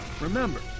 Remember